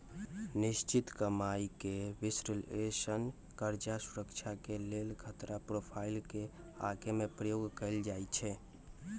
निश्चित कमाइके विश्लेषण कर्जा सुरक्षा के लेल खतरा प्रोफाइल के आके में प्रयोग कएल जाइ छै